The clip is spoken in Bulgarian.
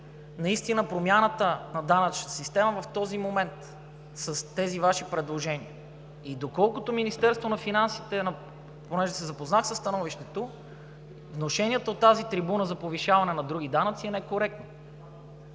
наистина промяната на данъчната система в този момент с тези Ваши предложения, доколкото Министерството на финансите, понеже се запознах със становището, внушенията от тази трибуна за повишаването на други данъци е некоректно.